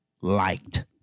liked